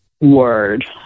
word